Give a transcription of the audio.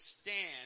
stand